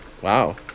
Wow